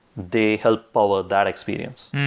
they help power that experience.